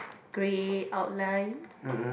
grey outline